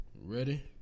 Ready